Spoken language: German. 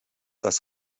das